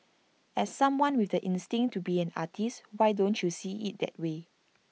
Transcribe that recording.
as someone with the instinct to be an artist why don't you see IT that way